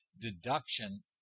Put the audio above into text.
deduction